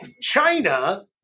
China